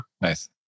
Nice